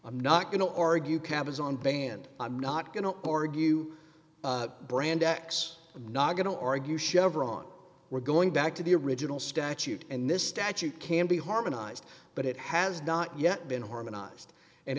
i'm not going to argue cabazon banned i'm not going to you brand x not going to argue chevron we're going back to the original statute and this statute can be harmonized but it has not yet been harmonized and